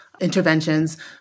interventions